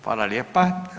Hvala lijepa.